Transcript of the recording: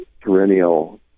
perennial